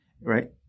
right